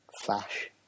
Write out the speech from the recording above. Flash